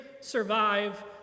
survive